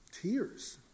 tears